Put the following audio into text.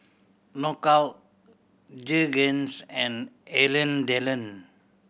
Knockout Jergens and Alain Delon